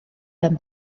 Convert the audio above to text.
them